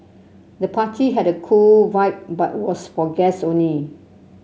the party had a cool vibe but was for guest only